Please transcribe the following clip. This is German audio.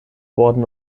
worden